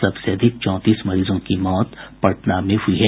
सबसे अधिक चौंतीस मरीजों की मौत पटना में हई है